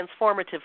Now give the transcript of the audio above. transformative